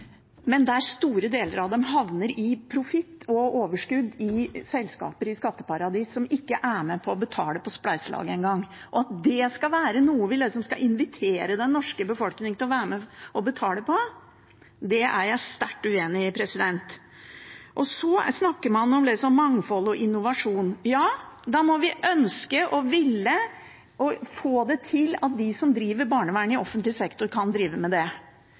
men store deler av dem havner som profitt og overskudd i selskaper i skatteparadis som ikke engang er med på å betale for spleiselaget. At det er noe vi skal invitere den norske befolkningen til å være med og betale på, er jeg sterkt uenig i. Så snakker man om mangfold og innovasjon: Ja, da må vi ønske, ville og få til at de som driver barnevern i offentlig sektor, kan drive med det.